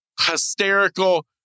hysterical